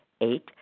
Eight